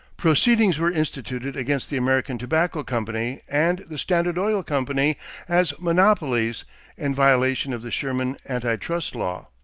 proceedings were instituted against the american tobacco company and the standard oil company as monopolies in violation of the sherman anti-trust law.